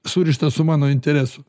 surišta su mano interesu